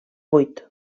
vuit